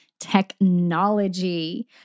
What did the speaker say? technology